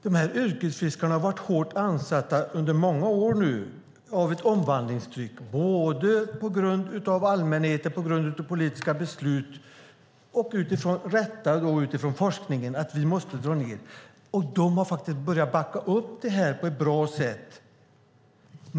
De här yrkesfiskarna har varit hårt ansatta under många år av ett omvandlingstryck, på grund av allmänheten, på grund av politiska beslut och helt rätt utifrån forskningen. Vi måste dra ned. De har faktiskt börjat backa upp det på ett bra sätt.